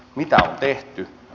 mitä on tehty